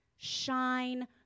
Shine